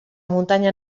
muntanya